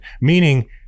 Meaning